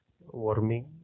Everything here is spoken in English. warming